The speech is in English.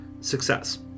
success